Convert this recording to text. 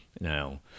now